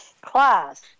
class